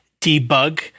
debug